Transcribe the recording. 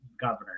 governor